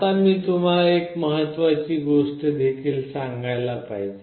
आता मी तुम्हाला एक महत्वाची गोष्ट देखील सांगायला पाहिजे